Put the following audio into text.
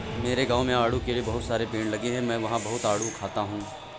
मेरे गाँव में आड़ू के बहुत सारे पेड़ लगे हैं मैं वहां बहुत आडू खाता हूँ